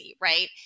right